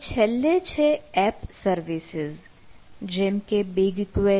હવે છેલ્લે છે એપ સર્વિસીસ જેમકે બીગ ક્વેરી